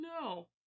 No